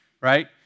right